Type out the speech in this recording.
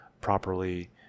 properly